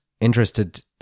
interested